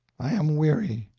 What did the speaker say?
i am weary,